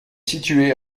située